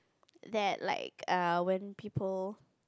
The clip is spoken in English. that like err when people